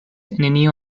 nenio